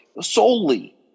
solely